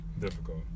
difficult